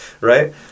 Right